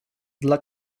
dla